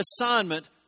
assignment